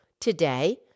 today